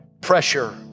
Pressure